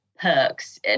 perks